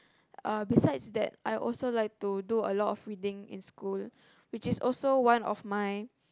uh besides that I also like to do a lot of reading in school which is also one of my